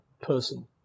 person